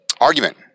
argument